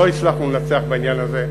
לא הצלחנו לנצח בעניין הזה.